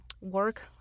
work